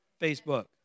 Facebook